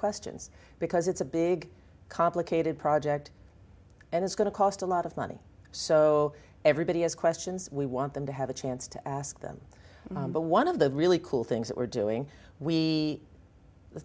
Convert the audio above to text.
questions because it's a big complicated project and it's going to cost a lot of money so everybody has questions we want them to have a chance to ask them but one of the really cool things that we're doing we